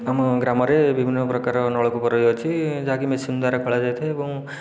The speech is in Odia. ଆମ ଗ୍ରାମରେ ବିଭିନ୍ନ ପ୍ରକାର ନଳ କୂପ ରହିଅଛି ଯାହାକି ମେସିନ୍ ଦ୍ୱାରା ଖୋଲା ଯାଇଥାଏ ଏବଂ